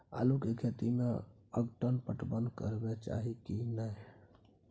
आलू के खेती में अगपाट पटवन करबैक चाही की नय?